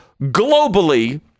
globally